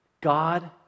God